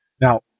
Now